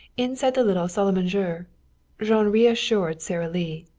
inside the little salle a manger jean reassured sara lee.